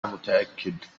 متأكد